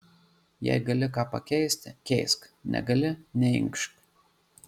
jei gali ką pakeisti keisk negali neinkšk